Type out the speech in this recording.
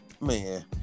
Man